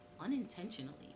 unintentionally